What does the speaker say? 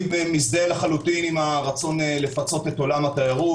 אני מזדהה לחלוטין עם הרצון לפצות את עולם התיירות.